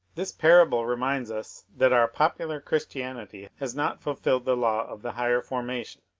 this parable reminds us that our popular chris tianity has not fulfilled the law of the higher formation.